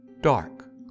dark